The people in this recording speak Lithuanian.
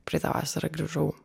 praeitą vasarą grįžau